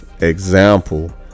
Example